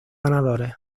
ganadores